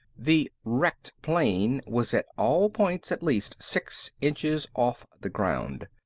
the wrecked plane was at all points at least six inches off the ground.